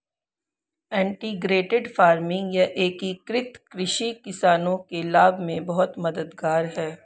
integrated farming या एकीकृत कृषि किसानों के लाभ में बहुत मददगार है